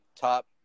top